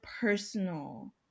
personal